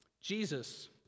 Jesus